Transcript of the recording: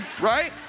right